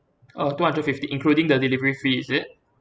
uh two hundred fifty including the delivery fee is it